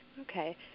Okay